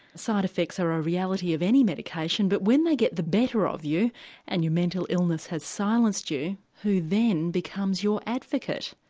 side effects are a reality of any medication but when they get the better of you and your mental illness has silenced you who then becomes your advocate?